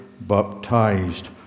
baptized